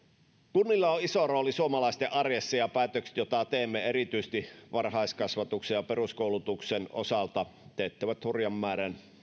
kunnilla on iso rooli suomalaisten arjessa ja päätökset joita teemme erityisesti varhaiskasvatuksen ja peruskoulutuksen osalta teettävät hurjan määrän